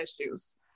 issues